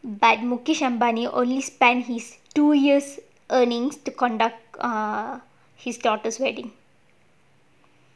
but mukesh ambani only spend his two years earnings to conduct err his daughter's wedding